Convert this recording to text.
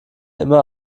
immer